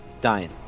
dying